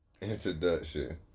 introduction